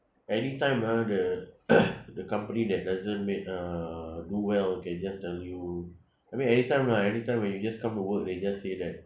anytime ah the the company that doesn't make uh do well can just tell you I mean anytime lah anytime when you just come to work they just say that